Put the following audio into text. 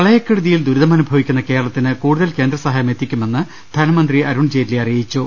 പ്രളയക്കെടുതിയിൽ ദുരിതമനുഭവിക്കുന്ന കേരളത്തിന് കൂടു തൽ കേന്ദ്രസഹായം എത്തിക്കുമെന്ന് ധനമന്ത്രി അരുൺജെയ്റ്റ്ലി അറിയിച്ചു